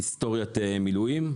הסטוריית מילואים,